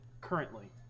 currently